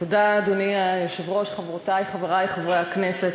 אדוני היושב-ראש, תודה, חברותי, חברי חברי הכנסת,